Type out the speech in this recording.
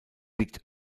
liegt